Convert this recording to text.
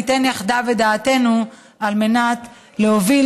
ניתן יחדיו את דעתנו על מנת להוביל